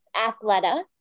Athleta